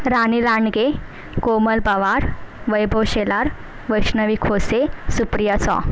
रानी लांडगे कोमल पवार वैभव शेलार वैष्णवी खोसे सुप्रिया सॉ